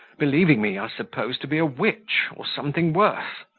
believing me, i suppose, to be a witch, or something worse.